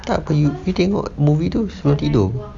tak you you tengok movie tu sudah tidur